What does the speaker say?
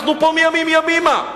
אנחנו פה מימים ימימה,